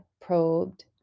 probed